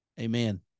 Amen